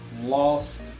lost